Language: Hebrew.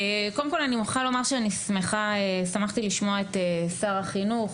אני מוכרחה לומר ששמחתי לשמוע את שר החינוך